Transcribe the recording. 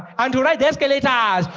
and to ride the escalators!